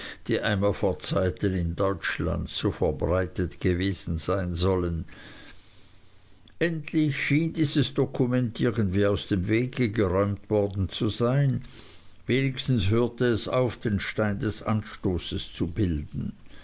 die einmal vor zeiten in deutschland so verbreitet gewesen sein sollen endlich schien dieses dokument irgendwie aus dem wege geräumt worden zu sein wenigstens hörte es auf den stein des anstoßes zu bilden